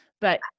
but-